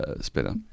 spinner